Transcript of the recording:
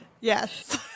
Yes